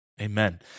amen